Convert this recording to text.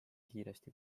kiiresti